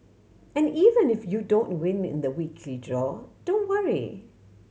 and even if you don't win in the weekly draw don't worry